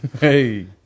Hey